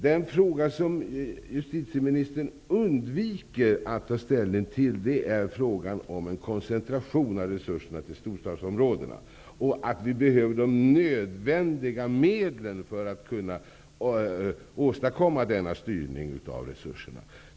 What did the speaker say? Den fråga som justitieministern undviker att ta ställning till är den som gäller en koncentration av resurserna till storstadsområdena och att vi behöver de nödvändiga medlen för att kunna åstadkomma denna styrning av resurserna.